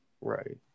Right